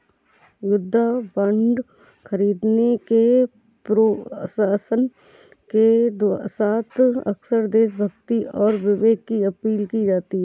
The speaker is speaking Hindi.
युद्ध बांड खरीदने के प्रोत्साहन के साथ अक्सर देशभक्ति और विवेक की अपील की जाती है